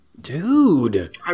Dude